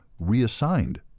reassigned